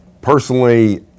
Personally